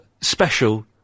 special